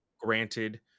granted